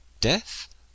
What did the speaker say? Death